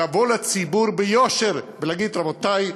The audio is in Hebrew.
לבוא לציבור ביושר ולהגיד: רבותי,